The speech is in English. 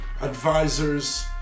advisors